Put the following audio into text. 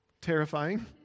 terrifying